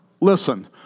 listen